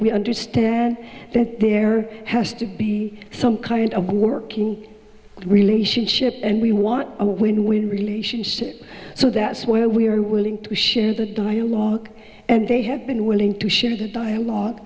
we understand that there has to be some kind of working relationship and we want a win win relationship so that's where we are willing to share the dialogue and they have been willing to share the dialogue